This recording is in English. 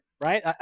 Right